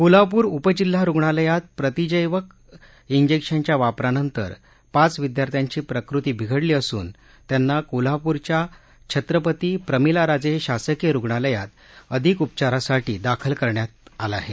कोल्हापूर उपजिल्हा रुग्णालयात प्रतिजैवक जैक्शनच्या वापरानंतर पाच विद्यार्थ्यांची प्रकृती बिघडली असून त्यांना कोल्हापूरच्या छत्रपती प्रमिलाराजे शासकीय रुणालयात अधिक उपचारासाठी दाखल करण्यात केलं आहे